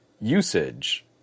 usage